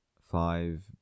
five